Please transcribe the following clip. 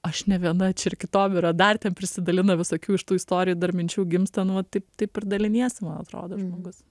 aš ne viena čia ir kitom yra dar ten prisidalina visokių iš tų istorijų dar minčių gimsta nu va taip taip ir daliniesi man atrodo žmogus